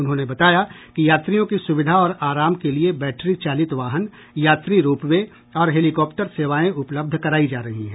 उन्होंने बताया कि यात्रियों की सुविधा और आराम के लिए बैटरी चालित वाहन यात्री रोपवे और हेलीकॉप्टर सेवाएं उपलब्ध करायी जा रही हैं